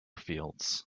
fields